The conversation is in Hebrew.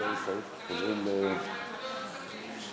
אפס מתנגדים.